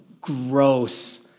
Gross